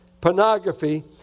Pornography